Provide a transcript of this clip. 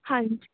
ਹਾਂਜੀ